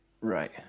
right